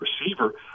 receiver